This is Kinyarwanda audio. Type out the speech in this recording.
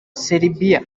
serbia